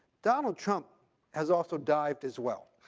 donald trump has also dived as well.